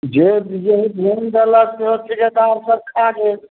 जे जेहन बोनि देलक सेहो ठिकेदार सब खा गेल